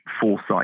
foresight